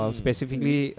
specifically